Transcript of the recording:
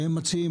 והם מציעים,